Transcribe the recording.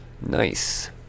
Nice